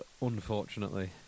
unfortunately